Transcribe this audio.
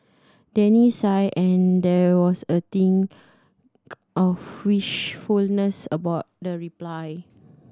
Danny sighed and there was a tinge of wistfulness about the reply